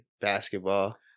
basketball